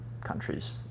countries